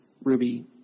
Ruby